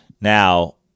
now